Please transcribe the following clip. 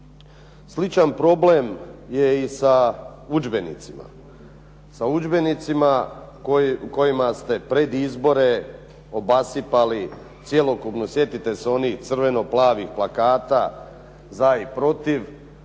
Sličan problem je i sa udžbenicima u kojima ste pred izbore obasipali cjelokupnu, sjetite se onih crveno plavih plakata za i protiv